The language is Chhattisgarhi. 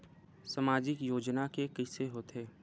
सामाजिक योजना के कइसे होथे?